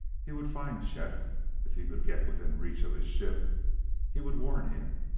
he would find chet if he could get within reach of his ship he would warn him.